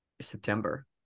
September